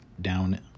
down